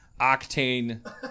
octane